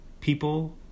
people